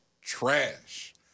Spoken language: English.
trash